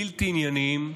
בלתי ענייניים,